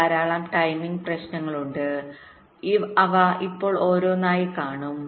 ധാരാളം ടൈമിംഗ് പ്രശ്നങ്ങളുണ്ട് അവ ഇപ്പോൾ ഓരോന്നായി കാണും